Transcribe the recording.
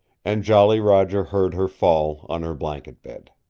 and jolly roger heard her fall on her blanket-bed.